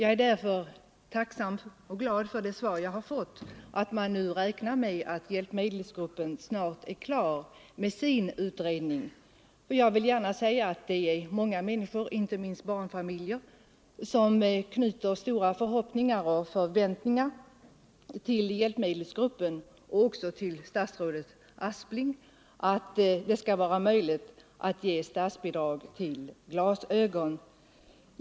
Jag är därför tacksam och glad för det svar jag fått att man nu räknar med att hjälpmedelsgruppen snart är klar med sin undersökning. Det är många, inte minst barnfamiljer, som knyter förhoppningar och förväntningar till hjälpmedelsgruppen och till statsrådet Aspling om att det skall bli möjligt att få statsbidrag till glasögon.